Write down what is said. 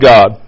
God